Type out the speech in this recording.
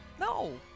no